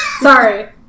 Sorry